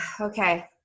Okay